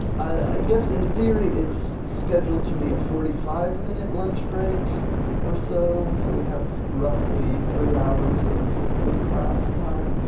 i guess in theory it's scheduled to be a forty five minute lunch break or so. so we have roughly three hours of in class time.